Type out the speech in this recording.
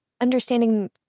understanding